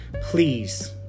Please